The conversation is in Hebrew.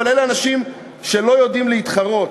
אבל אלה אנשים שלא יודעים להתחרות.